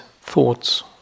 thoughts